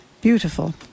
Beautiful